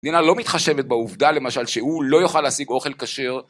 נינה לא מתחשבת בעובדה, למשל, שהוא לא יוכל להשיג אוכל כשר.